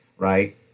Right